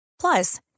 Plus